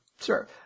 sure